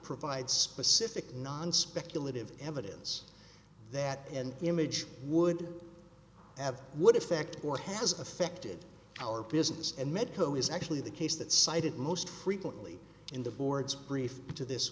provide specific non speculative evidence that in the image would have would effect or has affected our business and medco is actually the case that cited most frequently in the board's brief to this